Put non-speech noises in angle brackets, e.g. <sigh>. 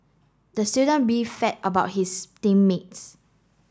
the student <unintelligible> about his team mates